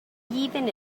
even